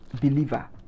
believer